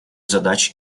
задач